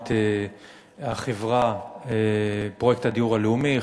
הקמת החברה "פרויקט הדיור הלאומי",